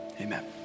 Amen